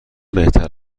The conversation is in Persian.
بهتر